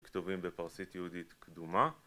כתובים בפרסית יהודית קדומה